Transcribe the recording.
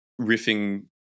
riffing